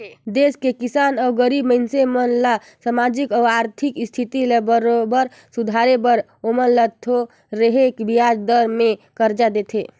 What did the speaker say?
देस के किसान अउ गरीब मइनसे मन ल सामाजिक अउ आरथिक इस्थिति ल बरोबर सुधारे बर ओमन ल थो रहें बियाज दर में करजा देथे